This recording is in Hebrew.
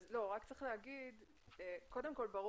צריך לומר שהדגשנו